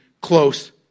close